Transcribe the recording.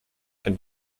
and